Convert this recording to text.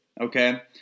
Okay